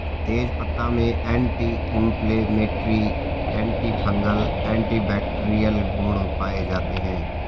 तेजपत्ता में anti inflammatory, antifungal, antibacterial गुण पाये जाते है